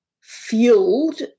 fueled